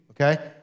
okay